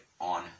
on